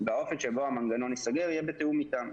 באופן שבו המנגנון ייסגר יהיה בתיאום איתם,